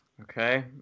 Okay